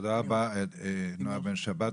תודה רבה, נעה בן שבת.